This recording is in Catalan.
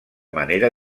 manera